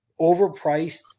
overpriced